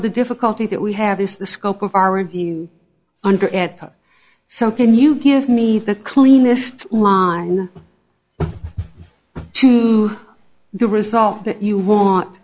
the difficulty that we have is the scope of our review under at so can you give me the cleanest on the result that you want